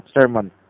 sermon